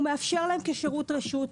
והוא מאפשר להם כשירות רשות,